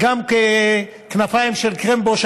וגם כנפיים של קרמבו,